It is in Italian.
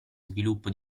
sviluppo